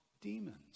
demons